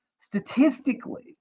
Statistically